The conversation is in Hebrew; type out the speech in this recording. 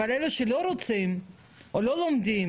אבל אלה שלא רוצים, או לא לומדים,